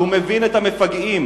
שהוא מבין את המפגעים.